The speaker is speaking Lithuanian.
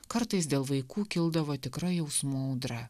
kartais dėl vaikų kildavo tikra jausmų audra